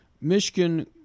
Michigan